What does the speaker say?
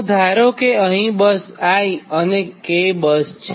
તો ધારો કે અહીં બસ i અને k બસ છે